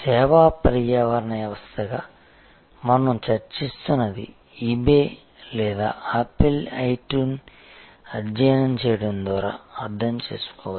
సేవా పర్యావరణ వ్యవస్థగా మనం చర్చిస్తున్నది ఈబే లేదా ఆపిల్ ఇట్యూన్ అధ్యయనం చేయడం ద్వారా అర్థం చేసుకోవచ్చు